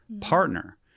partner